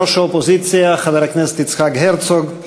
ראש האופוזיציה חבר הכנסת יצחק הרצוג,